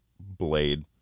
Blade